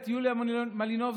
יוליה מלינובסקי.